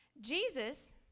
Jesus